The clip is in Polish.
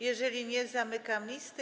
Jeżeli nie, zamykam listę.